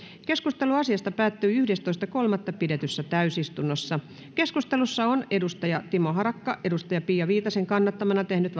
keskustelu asiasta päättyi yhdestoista kolmatta kaksituhattayhdeksäntoista pidetyssä täysistunnossa keskustelussa on timo harakka pia viitasen kannattamana tehnyt